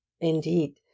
Indeed